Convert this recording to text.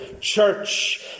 Church